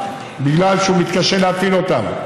בגלל שהוא מתקשה להפעיל אותם.